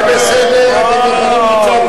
זה בסדר, נו,